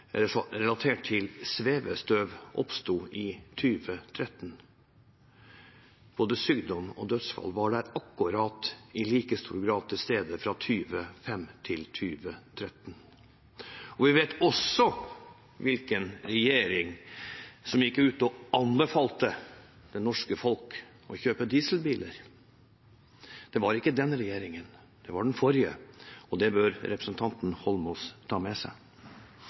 relatert til svevestøv oppsto i 2013. Både sykdom og dødsfall var akkurat i like stor grad til stede fra 2005 til 2013. Vi vet også hvilken regjering som gikk ut og anbefalte det norske folk å kjøpe dieselbiler. Det var ikke denne regjeringen − det var den forrige. Det bør representanten Holmås ta med seg.